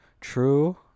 True